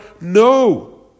No